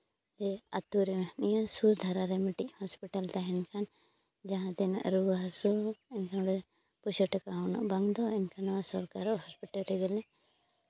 ᱡᱮ ᱟᱛᱳ ᱨᱮ ᱱᱤᱭᱟᱹ ᱥᱩᱨ ᱫᱷᱟᱨᱟ ᱨᱮ ᱢᱤᱫᱴᱤᱡ ᱦᱟᱥᱯᱟᱛᱟᱞ ᱛᱟᱦᱮᱱ ᱠᱷᱟᱱ ᱡᱟᱦᱟᱸ ᱛᱤᱱᱟᱹᱜ ᱨᱩᱣᱟᱹ ᱦᱟᱹᱥᱩ ᱚᱸᱰᱮ ᱯᱩᱭᱥᱟᱹ ᱴᱟᱠᱟ ᱦᱚᱸ ᱩᱱᱟᱹᱜ ᱵᱟᱝ ᱫᱚ ᱮᱱᱠᱷᱟᱱ ᱱᱚᱣᱟ ᱥᱚᱨᱠᱟᱨ ᱦᱚᱥᱯᱤᱴᱟᱞ ᱨᱮᱜᱮ ᱞᱮ